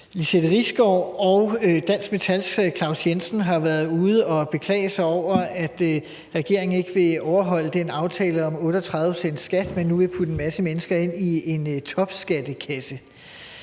Lizette Risgaard og Dansk Metals Claus Jensen har været ude at beklage sig over, at regeringen ikke vil overholde den aftale om 38 pct.s skat, men nu vil putte en masse mennesker ind i en topskattekasse.